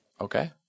Okay